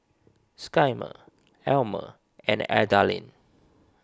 Skyler Almer and Adalynn